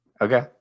Okay